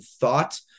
thought